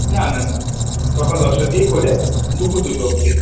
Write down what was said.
না না না সকাল দশটার দিকে খোলে দুপুর দুটো অব্দি